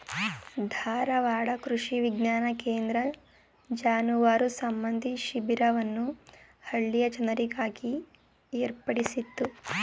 ಧಾರವಾಡ ಕೃಷಿ ವಿಜ್ಞಾನ ಕೇಂದ್ರ ಜಾನುವಾರು ಸಂಬಂಧಿ ಶಿಬಿರವನ್ನು ಹಳ್ಳಿಯ ಜನರಿಗಾಗಿ ಏರ್ಪಡಿಸಿತ್ತು